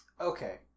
Okay